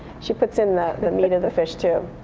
she puts in the the meat of the fish too.